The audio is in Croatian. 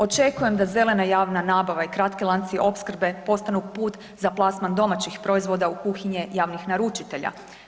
Očekujem da zelena javna nabava i kratki lanci opskrbe postanu put za plasman domaćih proizvoda u kuhinje javnih naručitelja.